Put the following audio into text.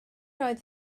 oedd